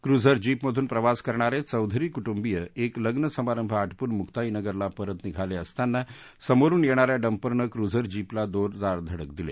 cruiser जीपमधून प्रवास करणारे चौधरी कुटुंबीय एक लग्न समारंभ आटोपून मुक्ताईनगरला परत निघाले असताना समोरून येणाऱ्या डंपरनं क्रुझर जीपला जोरदार धडक दिली